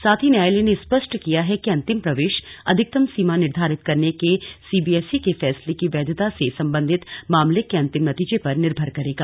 साथ ही न्यायालय ने स्पष्ट किया है कि अंतिम प्रवेश अधिकतम सीमा निर्धारित करने के सीबीएसई के फैसले की वैधता से सबंधित मामले के अंतिम नतीजे पर निर्भर करेगा